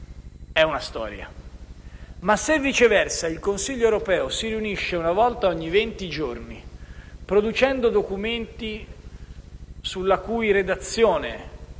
è una storia. Se, viceversa, il Consiglio europeo si riunisce ogni venti giorni producendo documenti sulla cui redazione